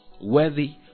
worthy